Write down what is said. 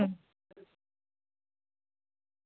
কম বাইদেউ বেছিকৈ ল'লে কম হ'ব